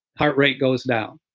heart rate goes down.